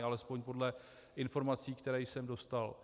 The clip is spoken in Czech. Alespoň podle informací, které jsem dostal.